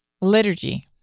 Liturgy